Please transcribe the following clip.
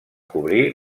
cobrir